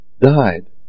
died